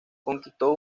conquistó